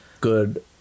good